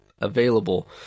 available